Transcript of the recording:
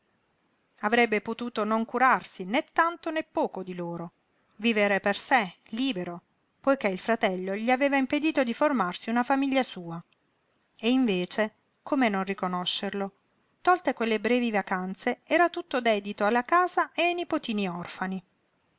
avrebbe potuto non curarsi né tanto né poco di loro vivere per sé libero poiché il fratello gli aveva impedito di formarsi una famiglia sua e invece come non riconoscerlo tolte quelle brevi vacanze era tutto dedito alla casa e ai nipotini orfani